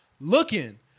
looking